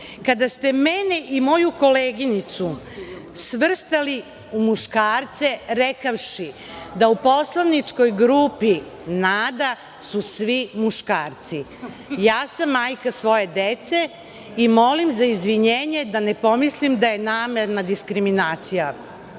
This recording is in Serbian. kada ste mene i moju koleginicu svrstali u muškarce rekavši da u poslaničkoj grupi NADA su svi muškarci? Ja sam majka svoje dece i molim za izvinjenje, da ne pomislim da je namerna diskriminacija. Hvala